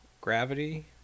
Gravity